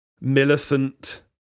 millicent